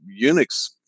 unix